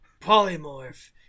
polymorph